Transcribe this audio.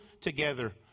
together